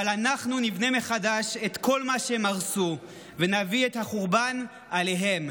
אבל אנחנו נבנה מחדש את כל מה שהם הרסו ונביא את החורבן עליהם.